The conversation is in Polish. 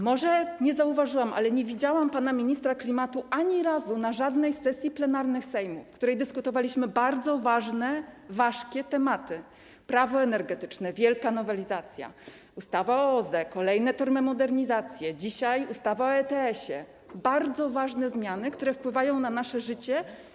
Może nie zauważyłam, ale nie widziałam pana ministra klimatu ani razu na żadnej sesji plenarnej Sejmu, podczas której dyskutowaliśmy bardzo ważne, ważkie tematy: Prawo energetyczne - wielka nowelizacja, ustawa o OZE, kolejne termomodernizacje, dzisiaj ustawa o ETS-ie, bardzo ważne zmiany, które wpływają na nasze życie.